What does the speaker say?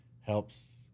helps